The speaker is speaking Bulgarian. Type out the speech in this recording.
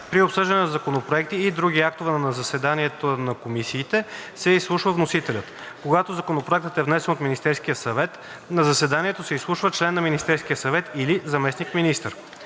При обсъждане на законопроекти и други актове на заседанията на комисиите се изслушва вносителят. Когато законопроектът е внесен от Министерския съвет, на заседанието се изслушва член на Министерския съвет или заместник-министър.